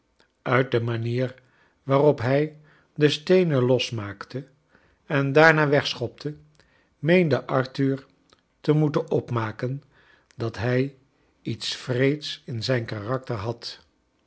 uit de manier waarop hij de s teen en losmaakte en daarna wegschopte meende arthur kleine dorrit te moeten opmaken dat hij lets wreeds in zijn karakter had